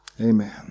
Amen